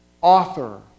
author